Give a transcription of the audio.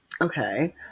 Okay